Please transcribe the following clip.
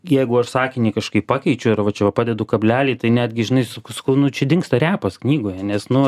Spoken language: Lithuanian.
jeigu aš sakinį kažkaip pakeičiu ir va čia va padedu kablelį tai netgi žinai sakau sakau nu čia dingsta repas knygoje nes nu